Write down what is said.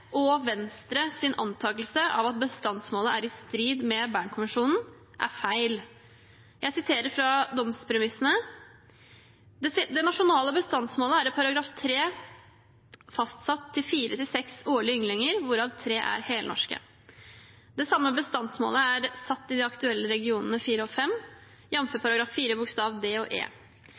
og Venstres antakelse om at bestandsmålet er i strid med Barnekonvensjonen, er feil. Jeg siterer fra domspremissene: «Det nasjonale bestandsmålet er i § 3 fastsatt til fire til seks årlige ynglinger, hvorav tre er helnorske. Det samme bestandsmålet er satt i de aktuelle regionene 4 og 5, jf. § 4 bokstav d og e.